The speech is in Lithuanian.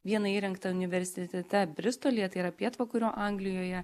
vieną įrengtą universitete bristolyje tai yra pietvakarių anglijoje